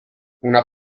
una